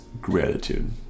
gratitude